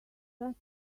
just